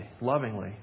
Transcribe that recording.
lovingly